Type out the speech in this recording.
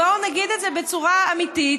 בואו נגיד את זה בצורה אמיתית,